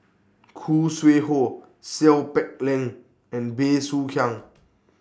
Khoo Sui Hoe Seow Peck Leng and Bey Soo Khiang